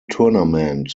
tournament